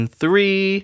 three